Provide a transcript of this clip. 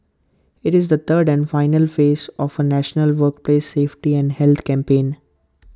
IT is the third and final phase of A national workplace safety and health campaign